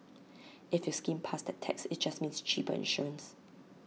if you skimmed past that text IT just means cheaper insurance